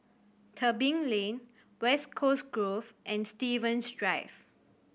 Tebing Lane West Coast Grove and Stevens Drive